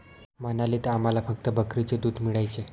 मनालीत आम्हाला फक्त बकरीचे दूध मिळायचे